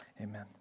amen